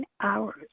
hours